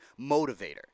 motivator